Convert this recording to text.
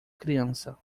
criança